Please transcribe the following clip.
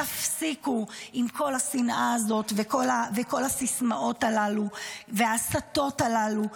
תפסיקו עם כל השנאה הזאת וכל הסיסמאות הללו וההסתות הללו.